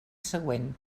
següent